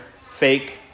fake